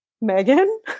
megan